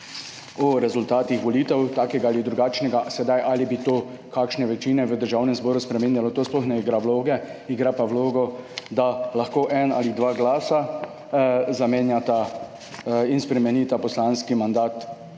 o rezultatih volitev, takega ali drugačnega. Sedaj ali bi to kakšne večine v Državnem zboru spreminjalo, to sploh ne igra vloge, igra pa vlogo, da lahko en ali dva glasa zamenjata in spremenita poslanski mandat